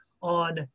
on